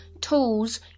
tools